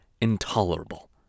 intolerable